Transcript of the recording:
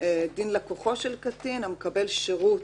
"דין לקוחו של קטין המקבל שירות